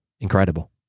Incredible